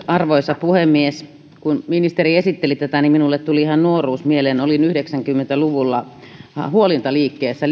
arvoisa puhemies kun ministeri esitteli tätä niin minulle tuli ihan nuoruus mieleen olin yhdeksänkymmentä luvulla huolintaliikkeessä